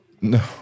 No